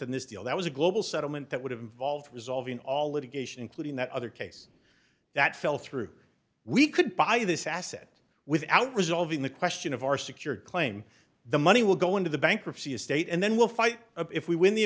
than this deal that was a global settlement that would have involved resolving all litigation including that other case that fell through we could buy this asset without resolving the question of our secured claim the money will go into the bankruptcy estate and then we'll fight if we win the